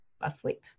asleep